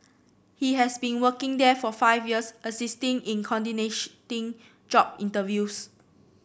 he has been working there for five years assisting in job interviews